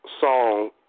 song